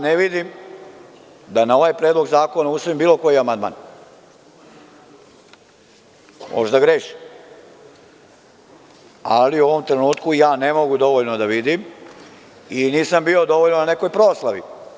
Ne vidim da je na ovaj Predlog zakona usvojen bilo koji amandman, možda grešim ali u ovom trenutku ja ne mogu dovoljno da vidim i nisam bio dovoljno na nekoj proslavi.